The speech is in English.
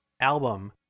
album